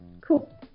Cool